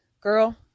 girl